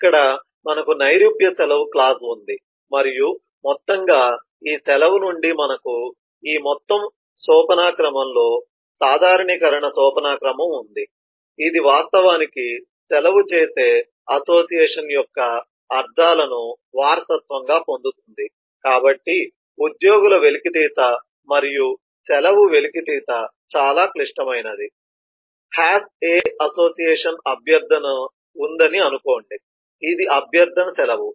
ఇక్కడ మనకు నైరూప్య సెలవు క్లాస్ ఉంది మరియు మొత్తంగా ఈ సెలవు నుండి మనకు ఈ మొత్తం సోపానక్రమం సాధారణీకరణ సోపానక్రమం ఉంది ఇది వాస్తవానికి సెలవు చేసే అసోసియేషన్ యొక్క అర్థాలను వారసత్వంగా పొందుతుంది కాబట్టి ఉద్యోగుల వెలికితీత మరియు సెలవు వెలికితీత చాలా క్లిష్టమైనది HAS A అసోసియేషన్ అభ్యర్థన ఉందని అనుకోండి ఇది అభ్యర్థన సెలవు